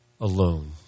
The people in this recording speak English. alone